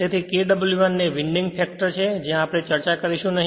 તેથી Kw1 winding factor છે જે આ વિશે ચર્ચા કરીશું નહી